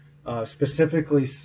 Specifically